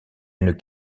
une